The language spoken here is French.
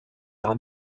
ira